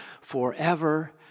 forever